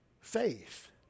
faith